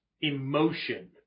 emotion